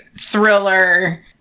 thriller